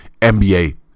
NBA